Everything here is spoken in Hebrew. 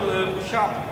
יש גם "לא שינו את לבושם".